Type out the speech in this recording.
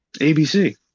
ABC